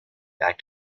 back